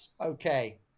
okay